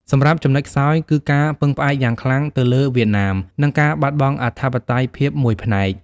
សម្រាប់ចំណុចខ្សោយ គឺការពឹងផ្អែកយ៉ាងខ្លាំងទៅលើវៀតណាម និងការបាត់បង់អធិបតេយ្យភាពមួយផ្នែក។